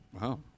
wow